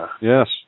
Yes